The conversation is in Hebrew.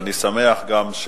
ואני שמח גם,